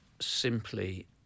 simply